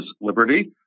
Liberty